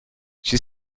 she